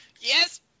yes